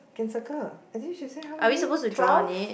can settle I think she say how many twelve